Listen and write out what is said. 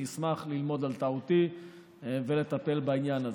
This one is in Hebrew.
אני אשמח ללמוד על טעותי ולטפל בעניין הזה.